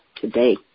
today